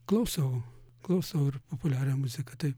klausau klausau ir populiarią muziką taip